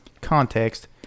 context